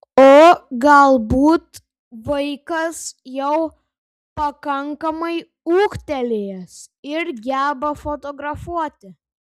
o galbūt vaikas jau pakankamai ūgtelėjęs ir geba fotografuoti